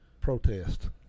protest